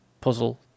puzzle